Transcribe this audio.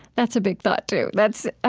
that's a big thought too. that's,